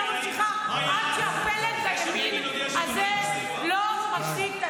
אני לא ממשיכה עד שפלג הימין הזה לא מפסיק.